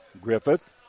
Griffith